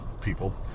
people